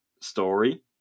story